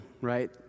Right